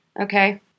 Okay